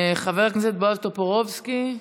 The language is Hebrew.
חבר הכנסת בועז טופורובסקי.